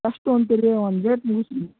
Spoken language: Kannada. ಅಷ್ಟು ತಗೋಂತಿರ ರೀ ಒಂದು ರೇಟ್ ಮುಗ್ಸಿ ರೀ